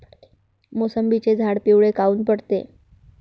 मोसंबीचे झाडं पिवळे काऊन पडते?